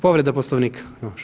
Povreda Poslovnika.